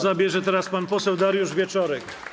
Głos zabierze teraz pan poseł Dariusz Wieczorek.